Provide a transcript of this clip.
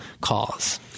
cause